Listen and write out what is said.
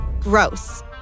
gross